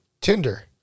Tinder